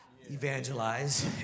evangelize